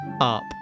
up